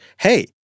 hey